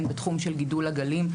הן בתחום של גידול עגלים,